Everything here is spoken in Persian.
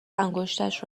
انگشتش